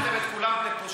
אחרת הפכתם את כולם לפושעים,